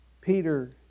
Peter